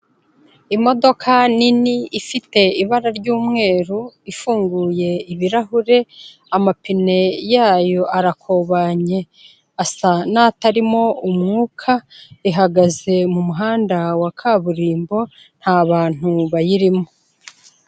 Imodoka nini ifite ibara ry'umweru ifunguye ibirahure, amapine yayo arakobanye asa n'atarimo umwuka, ihagaze mu muhanda wa kaburimbo nta bantu bayirimo.